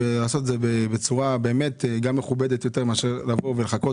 ולעשות את זה גם בצורה באמת מכובדת יותר מאשר לבוא ולחכות